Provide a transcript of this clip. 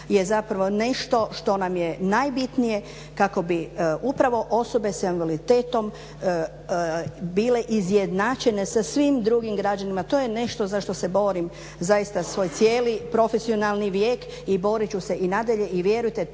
je zapravo nešto što nam je najbitnije kako bi upravo osobe s invaliditetom bile izjednačene sa svim drugim građanima. To je nešto za što se borim zaista svoj cijeli profesionalni vijek i borit ću se i nadalje i vjerujte